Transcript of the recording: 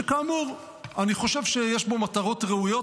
שכאמור אני חושב שיש בו מטרות ראויות,